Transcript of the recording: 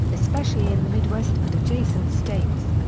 especially in the midwest and adjacent states.